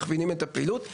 מכווינים את הפעילות,